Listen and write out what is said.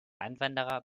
einwanderer